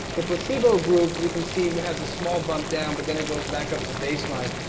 the placebo group, you can see has a small bump down, but then it goes back up to baseline.